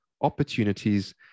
opportunities